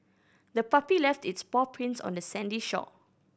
the puppy left its paw prints on the sandy shore